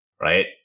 right